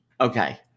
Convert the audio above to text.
Okay